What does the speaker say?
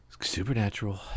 supernatural